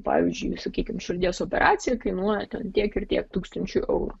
pavyzdžiui sakykim širdies operacija kainuoja tiek ir tiek tūkstančių eurų